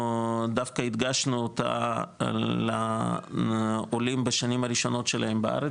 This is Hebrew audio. דווקא הקדשנו אותה לעולים לשנים הראשונות שלהם בארץ,